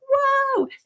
whoa